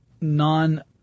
non